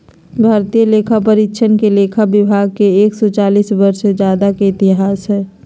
भारतीय लेखापरीक्षा और लेखा विभाग के एक सौ चालीस वर्ष से ज्यादा के इतिहास हइ